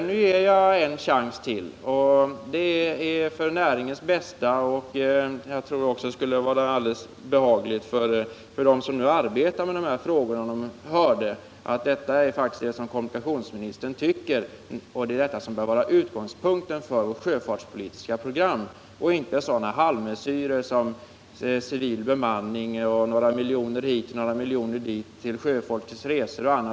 Nu ger jag er en chans till. Det är för näringens bästa. Och jag tror att det också skulle vara behagligt för dem som arbetar med dessa frågor att få höra att kommunikationsministern tycker detta och att det bör vara utgångspunkten för vårt sjöfartspolitiska program — inte sådana halvmesyrer som civil bemanning på isbrytarna, några miljoner hit och några miljoner dit till sjöfolkets resor och annat.